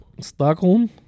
Stockholm